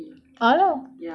a'ah lah